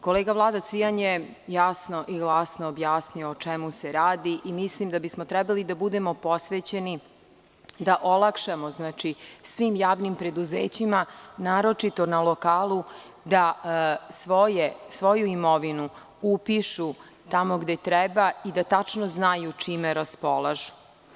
Kolega Vlada Cvijan je jasno i glasno objasnio o čemu se radi i mislim da bismo trebali da budemo posvećeni, da olakšamo svim javnim preduzećima, naročito na lokalu da svoju imovinu upišu tamo gde treba i da tačno znaju čime raspolažu.